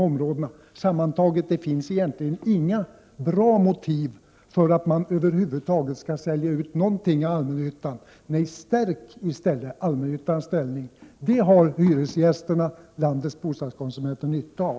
Över huvud taget finns det inga bra motiv för att man skall sälja ut någonting av allmännyttan. Nej, stärk i stället allmännyttans ställning! Det har landets bostadskonsumenter nytta av.